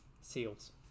seals